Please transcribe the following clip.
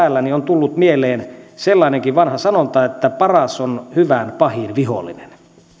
täällä niin on tullut mieleen sellainenkin vanha sanonta että paras on hyvän pahin vihollinen